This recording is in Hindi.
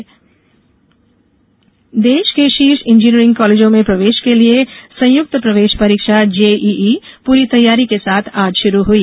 संयुक्त प्रवेश परीक्षा देश के शीर्ष इंजीनियरिंग कॉलेजों में प्रवेश के लिए संयुक्त प्रवेश परीक्षा जेईई प्ररी तैयारी के साथ आज शुरू हुई